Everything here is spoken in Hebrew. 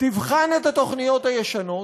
תבחן את התוכניות הישנות,